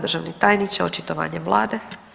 Državi tajniče očitovanje vlade.